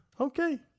Okay